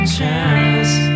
chance